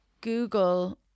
Google